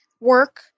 work